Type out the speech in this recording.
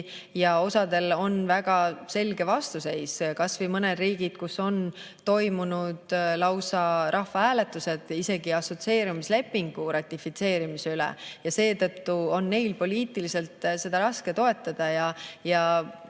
ja osal on väga selge vastuseis. Kas või mõned riigid, kus on toimunud lausa rahvahääletused isegi assotsieerumislepingu ratifitseerimise üle, ja seetõttu on neil poliitiliselt seda raske toetada.